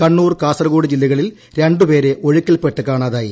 കണ്ണൂർ കാസർഗോഡ് ജില്ലകളിൽ രണ്ട് പേരെ ഒഴുക്കിൽപ്പെട്ട് കാണാതായി